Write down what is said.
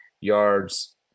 yards